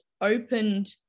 opened